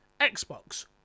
Xbox